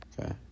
Okay